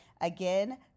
again